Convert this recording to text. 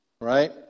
Right